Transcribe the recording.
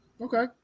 Okay